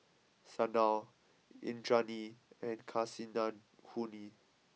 Sanal Indranee and Kasinadhuni